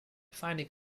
finding